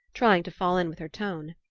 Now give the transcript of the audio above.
trying to fall in with her tone.